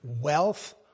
wealth